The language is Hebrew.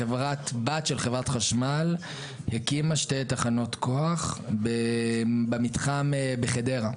חברת בת של חברת חשמל הקימה שתי תחנות כוח במתחם בחדרה,